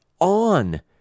on